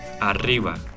arriba